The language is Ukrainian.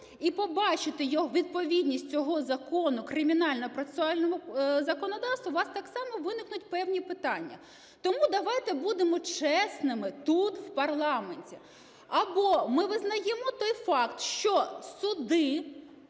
і побачите відповідність цього закону кримінально-процесуальному законодавству, у вас так само виникнуть певні питання. Тому давайте будемо чесними тут, в парламенті. Або ми визнаємо той факт, що суди